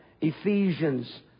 Ephesians